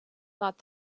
thought